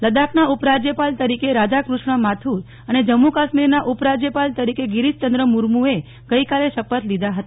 લદાખના ઉપરાજ્યપાલ તરીકે રાધાકૃષ્ણ માથુર અને જમ્મુ કાશ્મીરના ઉપ રાજ્યપાલ તરીકે ગીરીશચંદ્ર મુર્મુએ ગઈકાલે શપથ લીધા હતા